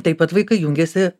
taip pat vaikai jungiasi